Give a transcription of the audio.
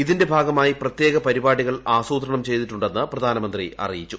ഇതിന്റെ ഭാഗമായി പ്രത്യേക പരിപാടികൾ ആസൂത്രണം ചെയ്തിട്ടുണ്ടെന്ന് പ്രധാനമന്ത്രി അറിയിച്ചു